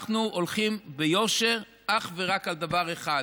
אנחנו הולכים ביושר אך ורק על דבר אחד: